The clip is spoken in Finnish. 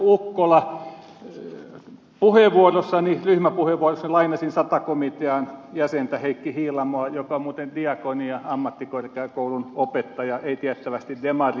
ukkola ryhmäpuheenvuorossani lainasin sata komitean jäsentä heikki hiilamoa joka on muuten diakonia ammattikorkeakoulun opettaja ei tiettävästi demari